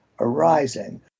Arising